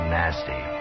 nasty